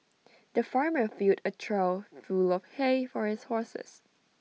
the farmer filled A trough full of hay for his horses